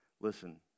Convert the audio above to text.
Listen